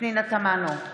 פנינה תמנו,